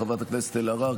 חברת הכנסת אלהרר,